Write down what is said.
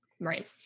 right